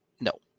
No